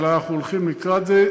אבל אנחנו הולכים לקראת זה.